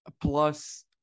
Plus